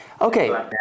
Okay